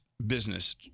Business